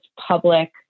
public